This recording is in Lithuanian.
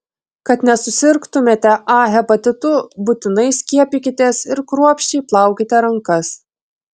kad nesusirgtumėte a hepatitu būtinai skiepykitės ir kruopščiai plaukite rankas